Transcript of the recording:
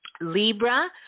Libra